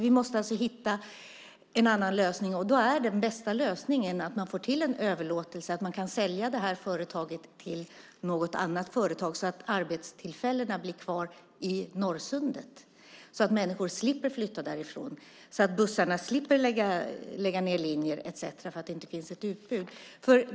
Vi måste alltså hitta en annan lösning. Då är den bästa lösningen att man får en överlåtelse, att man kan sälja det här företaget till något annat företag så att arbetstillfällena blir kvar i Norrsundet, att människor slipper flytta därifrån, att bussarna slipper lägga ned linjer etcetera för att det inte finns ett underlag.